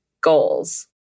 Goals